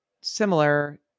similar